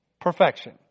Perfection